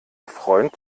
freund